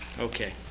Okay